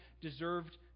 deserved